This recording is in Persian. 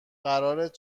قرارت